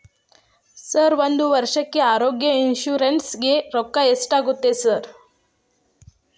Sir ಒಂದು ವರ್ಷಕ್ಕೆ ಆರೋಗ್ಯ ಇನ್ಶೂರೆನ್ಸ್ ಗೇ ರೊಕ್ಕಾ ಎಷ್ಟಾಗುತ್ತೆ ಸರ್?